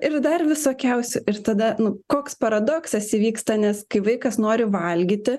ir dar visokiausių ir tada nu koks paradoksas įvyksta nes kai vaikas nori valgyti